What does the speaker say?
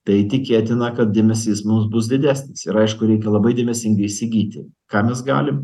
tai tikėtina kad dėmesys mums bus didesnis ir aišku reikia labai dėmesingai įsigyti ką mes galim